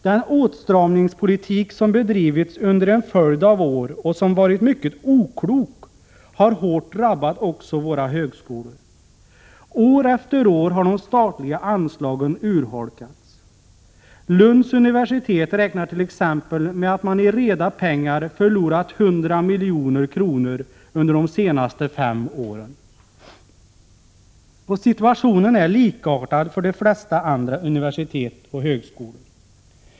Den åtstramningspolitik som bedrivits under en följd av år och som varit mycket oklok har hårt drabbat också våra högskolor. År efter år har de statliga anslagen urholkats. Lunds universitet räknar t.ex. med att mani reda pengar förlorat 100 milj.kr. under de senaste fem åren. Situationen är likartad för de flesta andra universitet och högskolor.